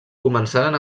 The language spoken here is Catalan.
començaren